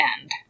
end